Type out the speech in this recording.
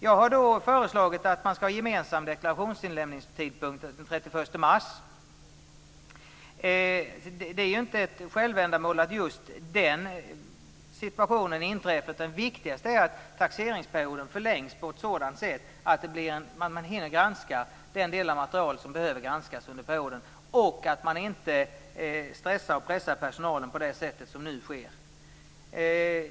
Jag har föreslagit att man skall ha en gemensam tidpunkt för inlämnande av deklaration den 31 mars. Det är inte ett självändamål att just den situationen inträffar. Det viktigaste är att taxeringsperioden förlängs på ett sådant sätt att man hinner granska den del av materialet som behöver granskas under perioden och att man inte stressar och pressar personalen på det sätt som nu sker.